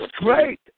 great